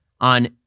on